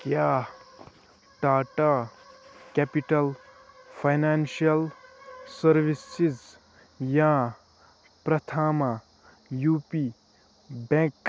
کیٛاہ Tata capital financial services یا Prathama U P bank